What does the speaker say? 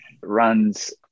runs